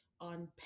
on